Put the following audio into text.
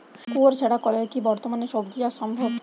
কুয়োর ছাড়া কলের কি বর্তমানে শ্বজিচাষ সম্ভব?